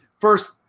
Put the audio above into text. first